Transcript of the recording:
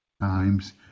times